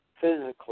physically